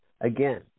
again